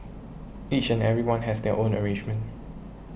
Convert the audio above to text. each and everyone has their own arrangement